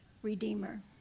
Redeemer